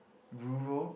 Europe